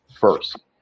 first